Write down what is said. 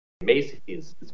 Macy's